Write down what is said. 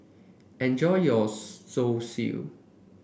enjoy your Zosui